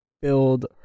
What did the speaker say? build